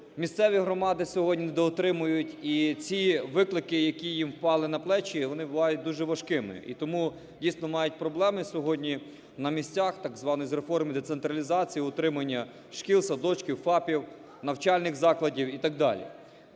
місцеві громади сьогодні недоотримують. І ці виклики, які їм впали на плечі, вони бувають дуже важкими. І тому дійсно мають проблеми сьогодні на місцях з так званої реформи децентралізації: утримання шкіл, садочків, ФАПів, навчальних закладів і так далі.